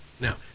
Now